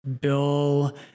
Bill